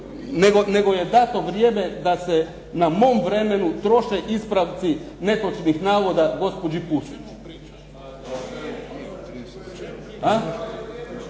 nego je dano vrijeme da se na mom vremenu troše ispravci netočnih navoda gospođi Pusić.